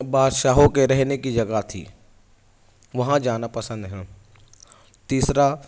بادشاہوں کے رہنے کی جگہ تھی وہاں جانا پسند ہے تیسرا